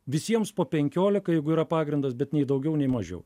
visiems po penkiolika jeigu yra pagrindas bet nei daugiau nei mažiau